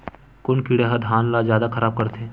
कोन कीड़ा ह धान ल जादा खराब करथे?